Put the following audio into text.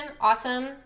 awesome